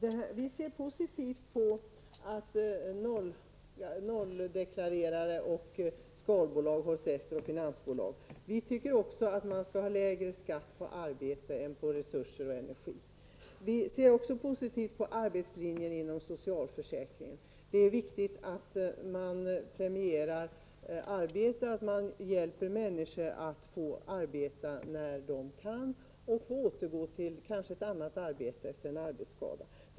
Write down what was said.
Herr talman! Vi ser positivt på att nolldeklarerare, skalbolag och finansbolag hålls efter. Även vi tycker att man skall ha lägre skatt på arbete än på resurser och energi. Vi ser positivt på arbetslinjen inom socialförsäkringen. Det är viktigt att man premierar arbete och hjälper människor att få arbeta när de kan eller kanske återgå till ett annat arbete efter en arbetsskada.